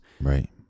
Right